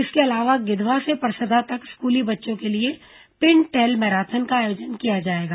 इसके अलावा गिधवा से परसदा तक स्कूली बच्चों के लिए पिन टेल मैराथन का आयोजन किया जाएगा